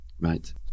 right